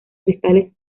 cristales